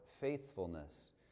faithfulness